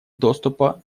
доступа